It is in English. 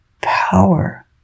power